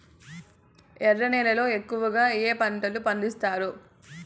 ఎర్ర నేలల్లో ఎక్కువగా ఏ పంటలు పండిస్తారు